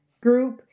group